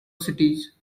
cities